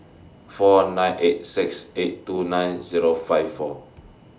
four nine eight six eight two nine Zero five four